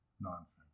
nonsense